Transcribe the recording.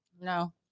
No